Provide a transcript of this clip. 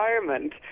environment